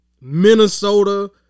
Minnesota